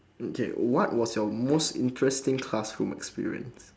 okay what was your most interesting classroom experience